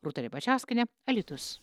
rūta ribačiauskienė alytus